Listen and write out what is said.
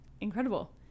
incredible